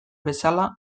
bezala